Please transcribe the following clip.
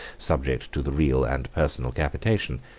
subject to the real and personal capitation.